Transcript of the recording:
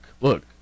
look